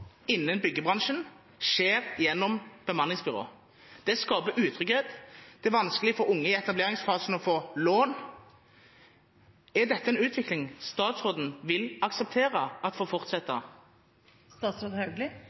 byggebransjen blir formidlet av bemanningsbyråer. Det skaper utrygghet, det er vanskelig for unge i etableringsfasen å få lån. Er dette en utvikling statsråden vil akseptere at får